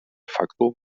facto